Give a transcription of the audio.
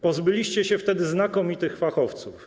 Pozbyliście się wtedy znakomitych fachowców.